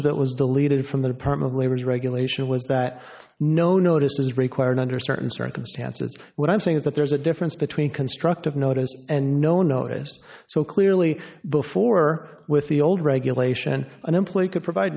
that was deleted from the department of labor to regulation was that no notice is required under certain circumstances what i'm saying is that there's a difference between constructive notice and no notice so clearly before with the old regulation an employee could provide